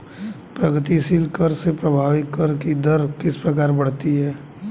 प्रगतिशील कर से प्रभावी कर की दर किस प्रकार बढ़ती है?